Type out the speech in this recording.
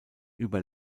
über